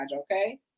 Okay